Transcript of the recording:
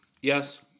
Yes